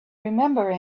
remember